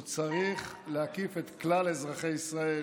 והוא צריך להקיף את כלל אזרחי ישראל